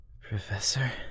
Professor